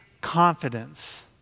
confidence